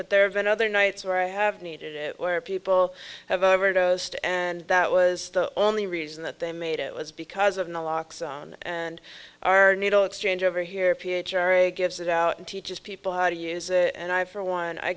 but there have been other nights where i have needed it where people have overdosed and that was the only reason that they made it was because of the locks and our needle exchange over here ph r m a gives it out and teaches people how to use it and i for one i